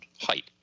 height